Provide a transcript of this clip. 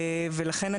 ולכן,